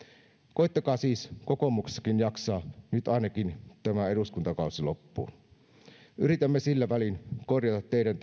koettakaa siis kokoomuksessakin jaksaa nyt ainakin tämä eduskuntakausi loppuun yritämme sillä välin korjata teidän